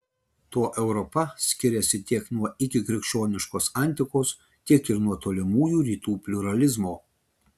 tuo europa skiriasi tiek nuo ikikrikščioniškos antikos tiek ir nuo tolimųjų rytų pliuralizmo